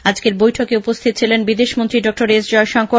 আজকের বৈঠকে উপস্হিত ছিলেন বিদেশমন্ত্রী ডক্টর এস জয়শঙ্কর